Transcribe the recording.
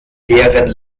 deren